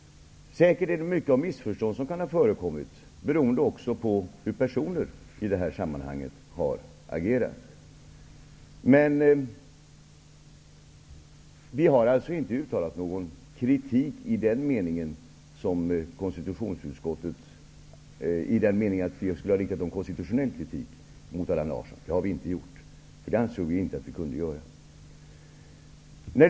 Säkert kan många missförstånd ha förekommit, beroende på hur personer i det här sammanhanet har agerat. Vi har alltså inte riktat någon konstitutionell kritik mot Allan Larsson. Det ansåg vi inte att vi kunde göra.